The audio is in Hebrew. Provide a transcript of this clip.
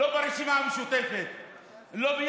מה יש